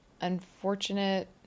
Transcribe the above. unfortunate